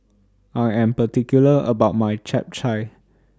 I Am particular about My Chap Chai